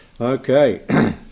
Okay